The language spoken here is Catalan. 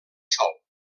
sòl